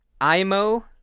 Imo